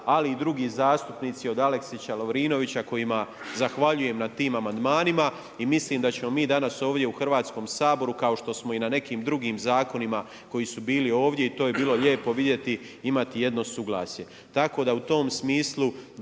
ali i drugi zastupnici od Aleksića, Lovrinovića kojima zahvaljujem na tim amandmanima i mislim da ćemo mi danas ovdje u Hrvatskom saboru kao što smo i na nekim drugim zakonima koji su bili ovdje i to je bilo lijepo vidjeti imati jedno suglasje.